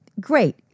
Great